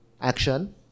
action